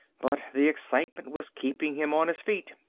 but the excitement was keeping him on his feet.